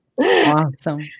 Awesome